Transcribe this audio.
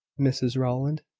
mrs rowland.